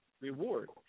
reward